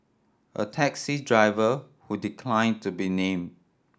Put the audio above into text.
a taxi driver who decline to be name